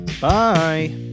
Bye